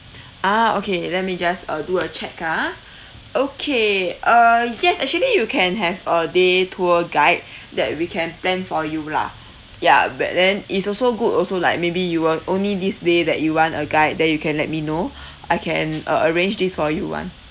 ah okay let me just uh do a check ah okay uh yes actually you can have a day tour guide that we can plan for you lah ya but then it's also good also like maybe you will only this day that you want a guide then you can let me know I can uh arrange this for you [one]